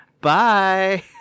Bye